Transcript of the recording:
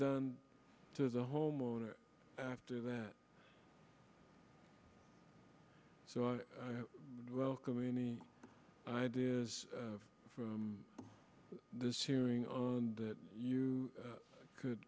done to the homeowner after that so i welcome any ideas from this hearing that you could